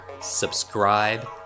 subscribe